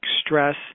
stress